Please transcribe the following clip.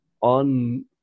on